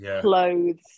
clothes